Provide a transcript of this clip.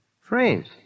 Frames